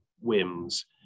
whims